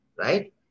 right